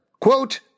Quote